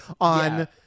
on